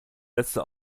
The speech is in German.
letzte